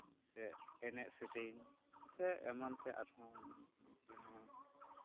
ᱥᱮ ᱮᱱᱮᱡ ᱥᱮᱨᱮᱧ ᱥᱮ ᱮᱢᱟᱱ ᱛᱮᱭᱟᱜ ᱟᱨᱦᱚᱸ ᱨᱮᱦᱚᱸ